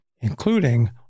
including